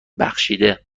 بخشیده